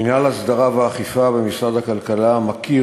מינהל ההסדרה והאכיפה במשרד הכלכלה מכיר